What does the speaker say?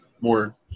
more